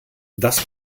das